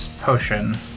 potion